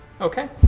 Okay